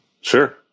Sure